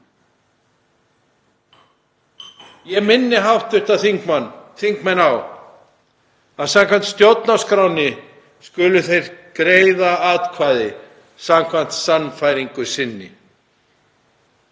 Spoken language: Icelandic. Ég minni hv. þingmenn á að samkvæmt stjórnarskránni skulu þeir greiða atkvæði samkvæmt sannfæringu sinni.